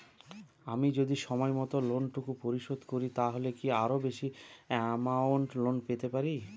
আমি যদি সময় মত লোন টুকু পরিশোধ করি তাহলে কি আরো বেশি আমৌন্ট লোন পেতে পাড়ি?